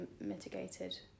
mitigated